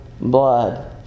blood